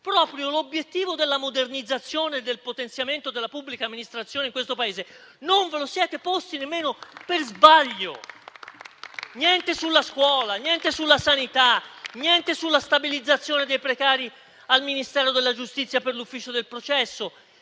L'obiettivo della modernizzazione e del potenziamento della pubblica amministrazione in questo Paese non ve lo siete proprio posti, nemmeno per sbaglio. Niente sulla scuola. Niente sulla sanità. Niente sulla stabilizzazione dei precari al Ministero della giustizia per l'ufficio del processo.